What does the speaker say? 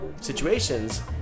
situations